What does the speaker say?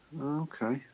Okay